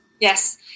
Yes